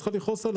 צריכה לכעוס עלי.